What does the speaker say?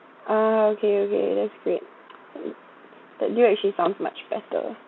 ah okay okay that's great that deal actually sounds much better